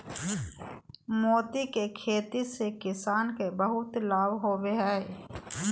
मोती के खेती से किसान के बहुत लाभ होवो हय